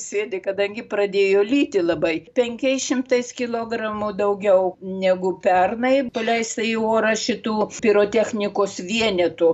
sėdi kadangi pradėjo lyti labai penkiais šimtais kilogramų daugiau negu pernai paleista į orą šitų pirotechnikos vienetų